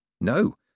No